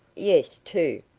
yes. two.